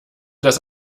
das